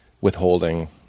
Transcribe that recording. Withholding